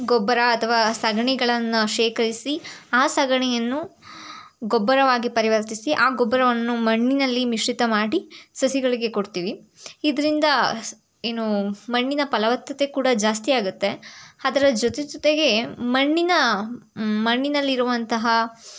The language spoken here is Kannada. ಗೊಬ್ಬರ ಅಥವಾ ಸಗಣಿಗಳನ್ನು ಶೇಖರಿಸಿ ಆ ಸಗಣಿಯನ್ನು ಗೊಬ್ಬರವಾಗಿ ಪರಿವರ್ತಿಸಿ ಆ ಗೊಬ್ಬರವನ್ನು ಮಣ್ಣಿನ್ನಲ್ಲಿ ಮಿಶ್ರಿತ ಮಾಡಿ ಸಸಿಗಳಿಗೆ ಕೊಡ್ತೀವಿ ಇದರಿಂದ ಏನು ಮಣ್ಣಿನ ಫಲವತ್ತತೆ ಕೂಡ ಜಾಸ್ತಿಯಾಗುತ್ತೆ ಅದರ ಜೊತೆ ಜೊತೆಗೆ ಮಣ್ಣಿನ ಮಣ್ಣಿನಲ್ಲಿರುವಂತಹ